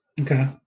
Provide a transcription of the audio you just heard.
Okay